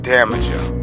Damager